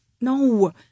No